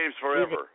forever